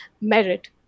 merit